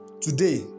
today